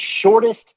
shortest